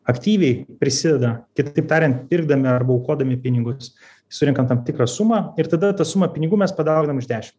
aktyviai prisideda kitaip tariant pirkdami arba aukodami pinigus surenkam tam tikrą sumą ir tada tą sumą pinigų mes padauginam iš dešim